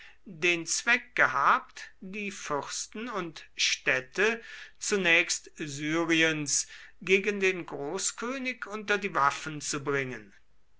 den zweck gehabt die fürsten und städte zunächst syriens gegen den großkönig unter die waffen zu bringen